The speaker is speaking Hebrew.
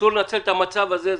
אסור לנצל את המצב הזה.